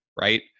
right